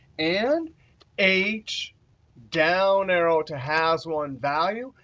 and h down arrow to has one value.